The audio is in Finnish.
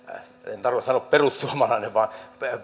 en tarkoita sanoa perussuomalainen vaan